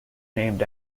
named